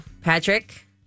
Patrick